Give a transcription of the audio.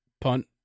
punt